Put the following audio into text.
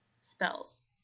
spells